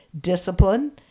discipline